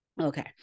Okay